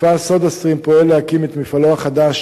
מפעל "סודה סטרים" פועל להקים את מפעלו החדש